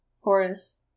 Horace